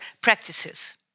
practices